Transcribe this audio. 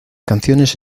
canciones